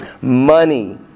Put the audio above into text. Money